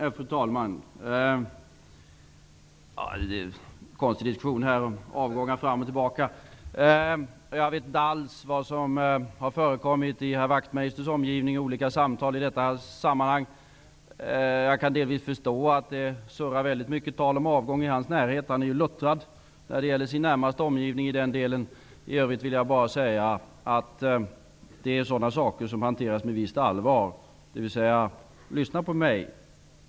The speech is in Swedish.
Fru talman! Det är en konstig diskussion som handlar om avgångar fram och tillbaka. Jag vet inte alls vad som har förekommit i herr Wachtmeisters omgivning i olika samtal i detta sammanhang. Jag kan delvis förstå att det surrar mycket tal om avgång i hans närhet. Han är ju luttrad i den delen när det gäller sin närmaste omgivning. I övrigt vill jag bara säga att det är sådana saker som hanteras med visst allvar. Lyssna på mig!